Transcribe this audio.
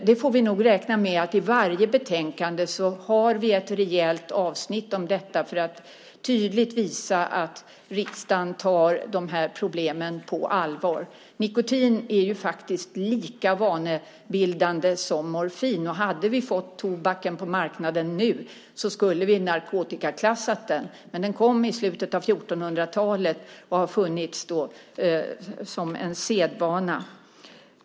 Vi får nog räkna med att i varje betänkande ha ett rejält avsnitt om detta för att tydligt visa att riksdagen tar de här problemen på allvar. Nikotin är ju faktiskt lika vanebildande som morfin, och hade vi fått tobaken på marknaden nu så skulle vi ha narkotikaklassat den. Men den kom i slutet av 1400-talet och har funnits som en sedvana.